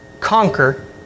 conquer